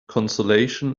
consolation